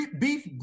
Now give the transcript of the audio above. beef